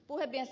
puhemies